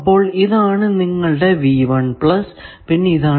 അപ്പോൾ ഇതാണ് നിങ്ങളുടെ പിന്നെ ഇതാണ്